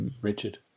Richard